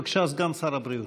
בבקשה, סגן שר הבריאות.